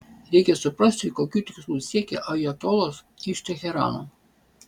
reikia suprasti kokių tikslų siekia ajatolos iš teherano